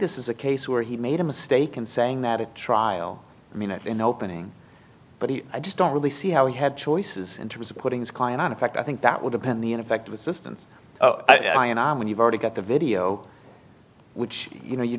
this is a case where he made a mistake in saying that at trial i mean it in opening but i just don't really see how he had choices in terms of putting his client out in fact i think that would have been the ineffective assistance i and i when you've already got the video which you know you